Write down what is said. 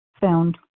Found